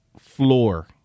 floor